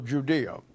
Judea